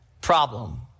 problem